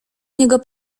niego